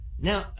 Now